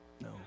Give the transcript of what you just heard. No